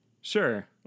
Sure